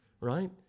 right